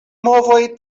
movoj